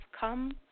come